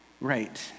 right